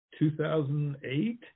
2008